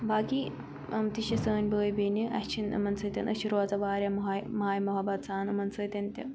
باقٕے یِم تہِ چھِ سٲنۍ بٲے بیٚنہِ اسہِ چھِنہٕ یِمَن سۭتۍ أسۍ چھِ روزان واریاہ مہاے ماے محبت سان یِمَن سۭتۍ تہِ